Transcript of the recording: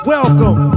Welcome